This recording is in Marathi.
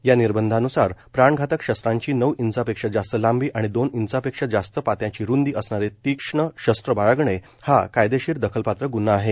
या निर्बंधान्सार प्राणघातक शस्त्रांची नऊ इंचापेक्षा जास्त लांबी आणि दोन इंचापेक्षा जास्त पात्याची रुंदी असणारे तीक्ष्ण शस्त्र बाळगणे हा कायदेशीर दखलपात्र ग्न्हा आहे